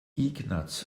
ignaz